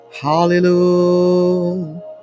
hallelujah